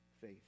faith